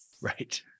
Right